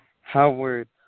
Howard